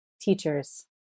Teachers